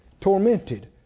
tormented